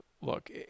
look